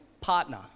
partner